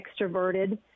extroverted